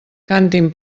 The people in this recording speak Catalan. cantin